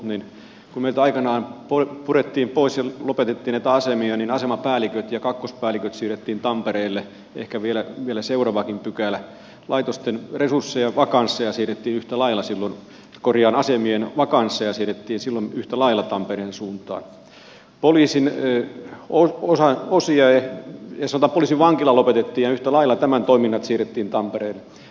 kun meiltä aikanaan purettiin pois ja lopetettiin näitä asemia niin asemapäälliköt ja kakkospäälliköt siirrettiin tampereelle ehkä vielä seuraavakin pykälä laitosten resurssia vakanssia siivitti yhtä lailla sinun korian asemien vakansseja siirrettiin silloin yhtä lailla tampereen suuntaan poliisivankila lopetettiin ja yhtä lailla tämän toiminnat siirrettiin tampereelle